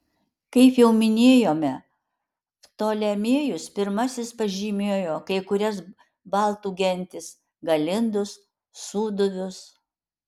kaip jau minėjome ptolemėjus pirmasis pažymėjo kai kurias baltų gentis galindus sūduvius